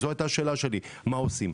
זו הייתה השאלה שלי: מה עושים?